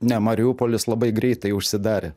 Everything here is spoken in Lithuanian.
ne mariupolis labai greitai užsidarė